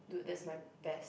dude that's my best